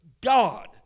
God